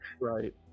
right